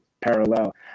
parallel